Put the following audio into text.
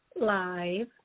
live